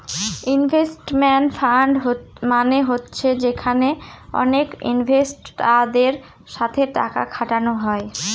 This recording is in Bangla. ইনভেস্টমেন্ট ফান্ড মানে হচ্ছে যেখানে অনেক ইনভেস্টারদের সাথে টাকা খাটানো হয়